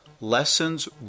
Lessons